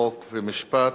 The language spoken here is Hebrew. חוק ומשפט.